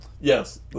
Yes